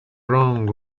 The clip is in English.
wrong